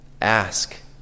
ask